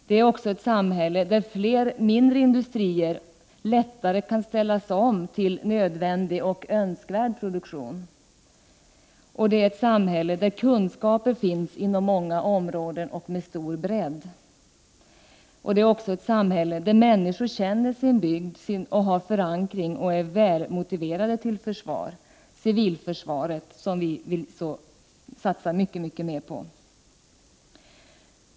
Det är också ett samhälle med fler mindre industrier, som lättare kan ställas om till nödvändig och önskvärd produktion. Det är vidare ett samhälle med kunskaper inom många områden och med stor bredd samt ett samhälle där människor känner sin bygd, har förankring och är välmotiverade till försvar. Vi vill satsa mycket mer på civilförsvaret.